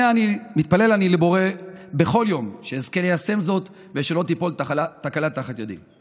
מתפלל אני לבורא בכל יום שאזכה ליישם זאת ושלא תיפול תקלה תחת ידי.